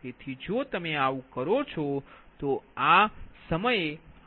તેથી જો તે આવું છે તો આ આ સમયે